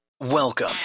Welcome